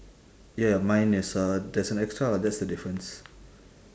ya ya mine is uh there's an extra lah that's the difference